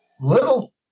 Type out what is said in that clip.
little